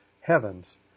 heavens